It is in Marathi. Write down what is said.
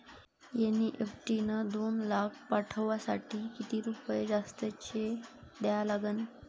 एन.ई.एफ.टी न दोन लाख पाठवासाठी किती रुपये जास्तचे द्या लागन?